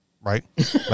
right